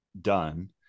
done